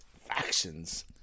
factions